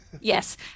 Yes